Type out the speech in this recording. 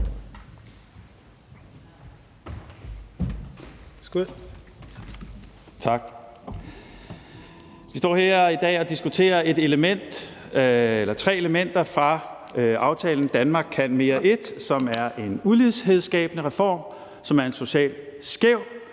Vi står her i dag og diskuterer tre elementer fra aftalen »Danmark kan mere I«, som er en ulighedsskabende reform, som er en social skæv